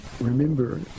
remember